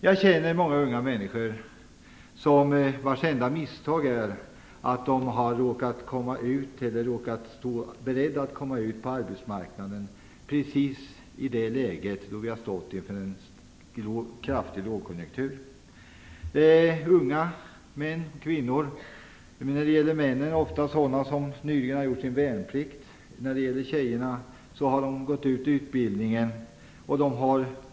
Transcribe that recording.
Jag känner många unga människor vilkas enda misstag är att de råkat stå beredda att gå ut på arbetsmarknaden precis när vi har stått inför en djup lågkonjunktur. Det är fråga om unga män och kvinnor. Männen har ofta just gjort sin värnplikt, och tjejerna har avslutat sin utbildning.